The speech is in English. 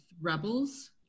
Rebels